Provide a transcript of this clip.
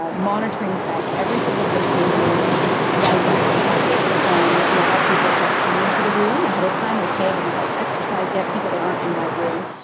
ah monitoring tech, every single person in the room does the exercises and now people start coming to the room ahead of time. like hey, have you guys exercises yet. people that aren't in my room.